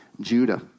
Judah